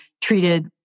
treated